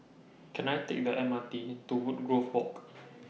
Can I Take The M R T to Woodgrove Walk